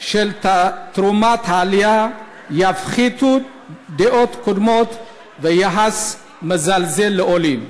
של תרומת העלייה יפחיתו דעות קדומות ויחס מזלזל כלפי עולים,